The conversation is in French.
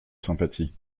sympathie